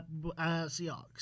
Seahawks